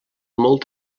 molt